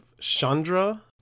Chandra